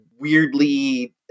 weirdly